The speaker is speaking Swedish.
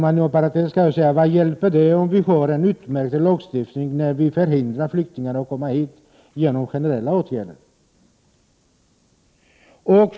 Vad hjälper det om vi har en utmärkt lagstiftning när vi genom generella åtgärder förhindrar flyktingar att komma hit?